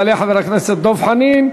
יעלה חבר הכנסת דב חנין.